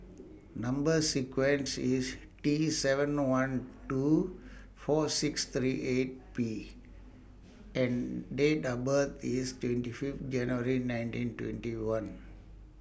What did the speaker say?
Number sequence IS T seven one two four six three eight P and Date of birth IS twenty Fifth January nineteen twenty one